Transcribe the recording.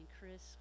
Chris